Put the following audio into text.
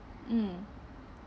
mm